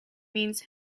means